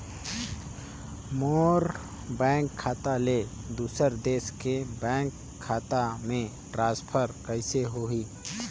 मोर bank खाता ले दुसर देश के बैंक खाता मे ट्रांसफर कइसे होही?